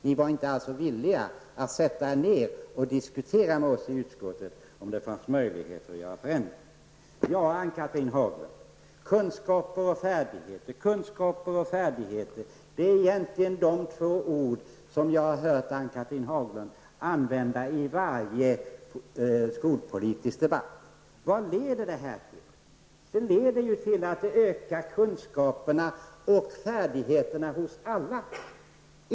Ni var alltså inte villiga att diskutera med oss i utskottet om det fanns möjlighet att göra förändringar. Kunskaper och färdigheter är två ord som jag har hört Ann-Cathrine Haglund använda i varje skolpolitisk debatt. Vad leder det framlagda förslaget till? Jo, det leder till ökade kunskaper och färdigheter hos alla.